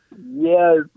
Yes